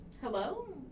Hello